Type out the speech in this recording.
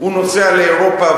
הוא נוסע לאירופה,